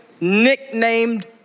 nicknamed